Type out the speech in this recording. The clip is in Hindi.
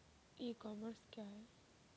ई कॉमर्स क्या है?